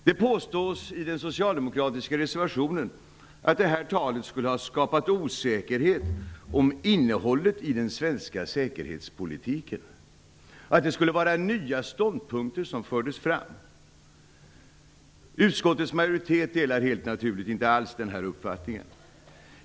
Det påstås i den socialdemokratiska reservationen att detta tal skulle ha skapat osäkerhet om innehållet i den svenska säkerhetspolitiken och att det skulle ha varit nya ståndpunkter som fördes fram. Utskottets majoritet delar helt naturligt inte alls denna uppfattning.